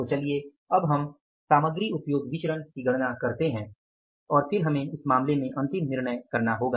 तो चलिए अब हम सामग्री उपयोग विचरण की गणना करते हैं कि और फिर हमें इस मामले में अंतिम निर्णय करना होगा